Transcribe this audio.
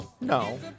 No